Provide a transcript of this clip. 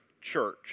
church